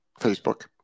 Facebook